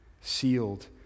sealed